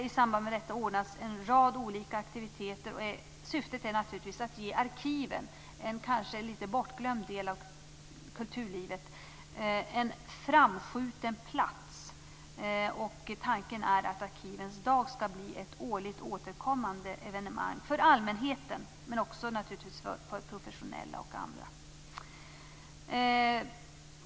I samband med detta ordnas en rad olika aktiviteter. Syftet är naturligtvis att ge arkiven, en kanske litet bortglömd del av kulturlivet, en framskjuten plats. Tanken är att arkivens dag skall bli ett årligt återkommande evenemang för allmänheten, men naturligtvis också för professionella och andra.